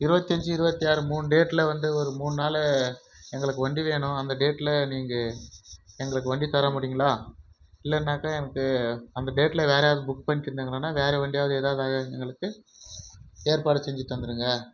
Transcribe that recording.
இருபத்தி அஞ்சு இருபத்தி ஆறு மூணு டேட்டில் வந்து ஒரு மூணு நாள் எங்களுக்கு வண்டி வேணும் அந்த டேட்டில் நீங்கள் எங்களுக்கு வண்டி தர முடியுங்களா இல்லைன்னாக்கா எனக்கு அந்த டேட்டில் வேறு யாராவது புக் பண்ணிட்டிருந்தாங்களான்னா வேறு வண்டியாவது ஏதாவது அர எங்களுக்கு ஏற்பாடு செஞ்சு தந்துடுங்க